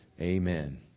Amen